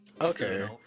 Okay